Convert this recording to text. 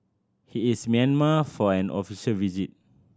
he is Myanmar for an official visit